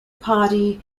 party